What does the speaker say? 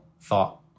thought